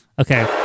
Okay